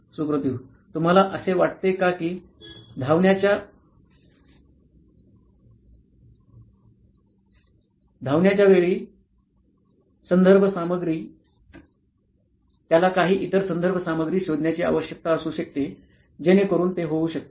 सुप्रातिवः तुम्हाला असे वाटते का की धावण्याच्या वेळी संदर्भ सामग्री मध्ये त्याला काही इतर संदर्भ सामग्री शोधण्याची आवश्यकता असू शकते जेणेकरून ते होऊ शकते